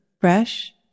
fresh